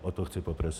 O to chci poprosit.